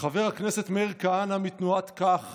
חבר הכנסת מאיר כהנא מתנועת כך